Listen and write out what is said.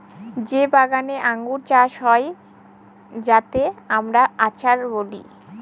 যে বাগানে আঙ্গুর চাষ হয় যাতে আমরা আচার বলি